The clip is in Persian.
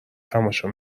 تماشا